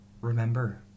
Remember